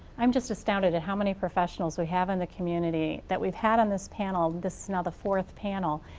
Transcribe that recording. i'm just astounded at how many professionals we have in the community that we've had on this panel. this is now the fourth panel.